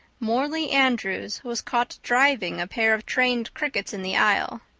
morley andrews was caught driving a pair of trained crickets in the aisle.